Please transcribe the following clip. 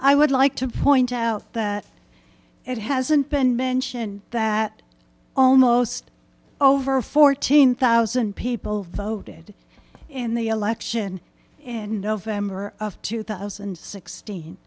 i would like to point out that it hasn't been mentioned that almost over fourteen thousand people voted in the election in november of two thousand and sixteen